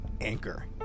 anchor